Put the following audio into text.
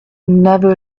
never